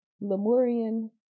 Lemurian